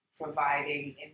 providing